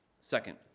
Second